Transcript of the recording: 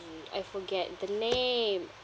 I forget the name